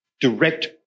Direct